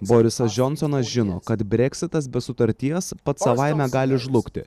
borisas džonsonas žino kad breksitas be sutarties pats savaime gali žlugti